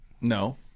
No